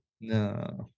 No